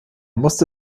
musste